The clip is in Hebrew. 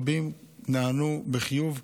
רבים נענו בחיוב,